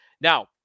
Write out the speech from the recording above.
Now